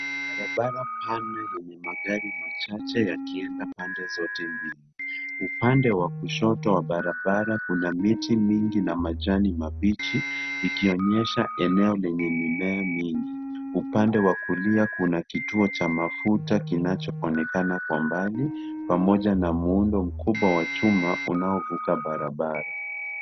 Barabara pana lenye magari machache yakienda pande zote mbili. Upande wa kushoto wa barabara kuna miti mingi na majani mabichi ikionyesha eneo lenye mimea mingi. Upande wa kulia kuna kituo cha mafuta kinachoonekana kwa mbai pamoja na muundo mkubwa wa chuma uanovuka barabara.